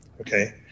okay